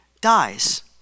dies